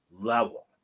level